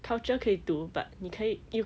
culture 可以读 but 你可以 you